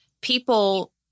people